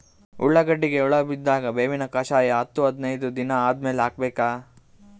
ಉಳ್ಳಾಗಡ್ಡಿಗೆ ಹುಳ ಬಿದ್ದಾಗ ಬೇವಿನ ಕಷಾಯ ಹತ್ತು ಹದಿನೈದ ದಿನ ಆದಮೇಲೆ ಹಾಕಬೇಕ?